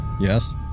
Yes